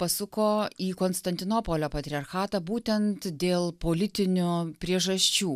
pasuko į konstantinopolio patriarchatą būtent dėl politinių priežasčių